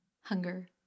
Hunger